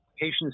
Patients